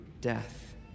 death